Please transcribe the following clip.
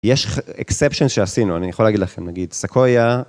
יש exceptions שעשינו, אני יכול להגיד לכם, נגיד סקויה.